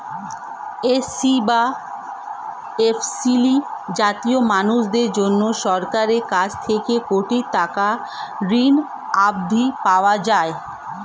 SC বা তফশিলী জাতির মানুষদের জন্যে সরকারের কাছ থেকে কোটি টাকার ঋণ অবধি পাওয়া যায়